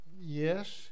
yes